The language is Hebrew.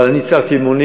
אבל אני הצהרתי פה,